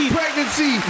pregnancy